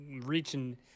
reaching